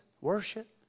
worship